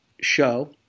show